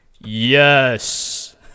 yes